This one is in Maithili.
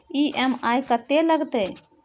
ई.एम.आई कत्ते लगतै?